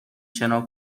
شنا